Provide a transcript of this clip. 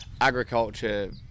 agriculture